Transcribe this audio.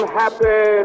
happy